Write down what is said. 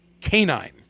canine